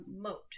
moat